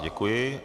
Děkuji.